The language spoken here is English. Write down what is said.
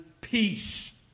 peace